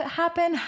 happen